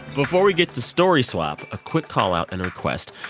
before we get to story swap, a quick call out and request.